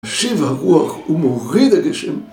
משיב הרוח ומוריד הגשם.